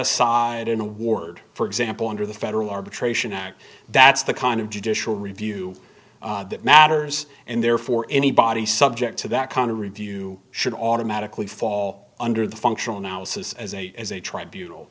aside an award for example under the federal arbitration act that's the kind of judicial review that matters and therefore anybody subject to that kind of review should automatically fall under the functional analysis as a as a tribunals